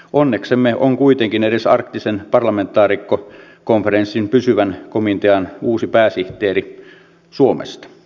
onneksemme on kuitenkin edes arktisen parlamentaarikkokonferenssin pysyvän komitean uusi pääsihteeri suomesta